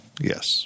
Yes